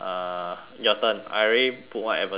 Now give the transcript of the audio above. your turn I already put one advertisement already